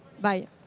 Bye